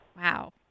Wow